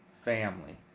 Family